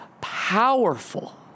powerful